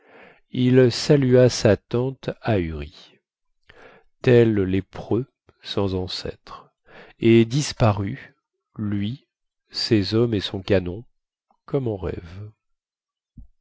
il salua sa tante ahurie tels les preux sans ancêtres et disparut lui ses hommes et son canon comme en rêve